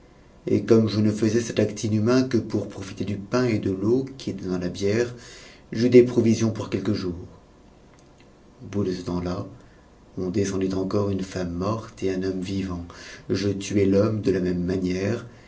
et comme je ne faisais cet acte inhumain que pour profiter du pain et de l'eau qui étaient dans la bière j'eus des provisions pour quelques jours au bout de ce temps on descendit encore une femme morte et un homme vivant je tuai l'homme de la même manière